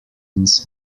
ins